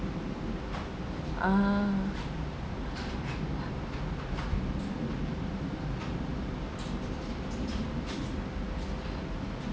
ah